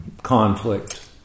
Conflict